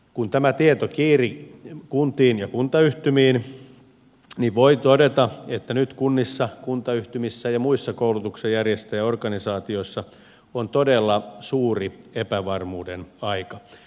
kun tämä tieto kiiri kuntiin ja kuntayhtymiin niin voi todeta että nyt kunnissa kuntayhtymissä ja muissa koulutuksenjärjestäjäorganisaatioissa on todella suuri epävarmuuden aika